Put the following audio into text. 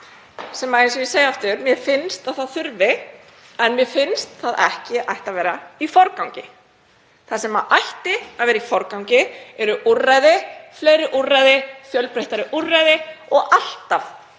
sem, eins og ég segi aftur, mér finnst að þurfi en mér finnst að ætti ekki að vera í forgangi. Það sem ætti að vera í forgangi eru úrræði, fleiri úrræði, fjölbreyttari úrræði. Það á alltaf